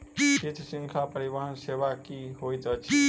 शीत श्रृंखला परिवहन सेवा की होइत अछि?